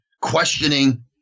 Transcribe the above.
questioning